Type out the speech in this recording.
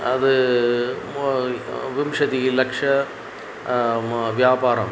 आद् मो विंशतिलक्षं म व्यापारम्